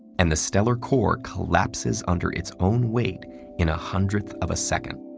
and the stellar core collapses under its own weight in a hundredth of a second.